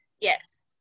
Yes